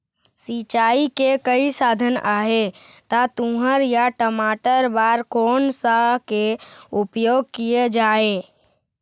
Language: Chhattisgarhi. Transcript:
सिचाई के कई साधन आहे ता तुंहर या टमाटर बार कोन सा के उपयोग किए जाए?